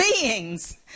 beings